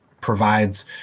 provides